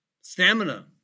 stamina